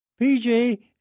PJ